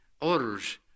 orders